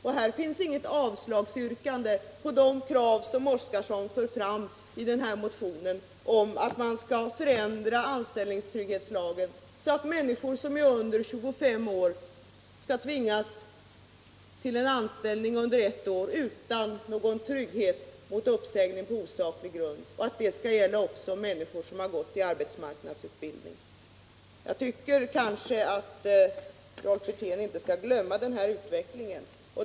Och här finns inget avslagsyrkande på de krav som Gunnar Oskarson fört fram i sin motion, att man skulle förändra anställningstrygghetslagen, så att människor under 25 år skall tvingas vara anställda under ett år utan någon trygghet mot uppsägning på osaklig grund samt att detta skall gälla också för människor som har gått i arbetsmarknadsutbildning. Jag tycker att Rolf Wirtén inte skall glömma den här utvecklingen.